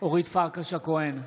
אורית פרקש הכהן,